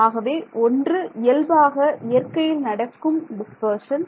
ஆகவே ஒன்று இயல்பாக இயற்கையில் நடக்கும் டிஸ்பர்ஷன்